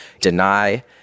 deny